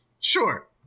sure